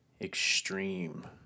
extreme